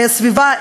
הסביבה,